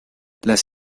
las